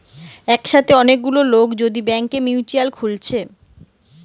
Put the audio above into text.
একসাথে অনেক গুলা লোক যদি ব্যাংকে মিউচুয়াল খুলতিছে